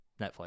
Netflix